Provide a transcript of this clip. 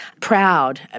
proud